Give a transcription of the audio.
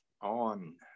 On